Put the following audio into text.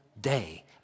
day